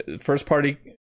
first-party